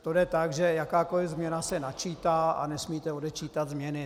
To jde tak, že jakákoli změna se načítá a nesmíte odečítat změny.